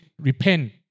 repent